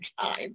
time